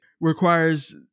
requires